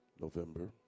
November